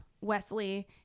Wesley